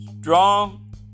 strong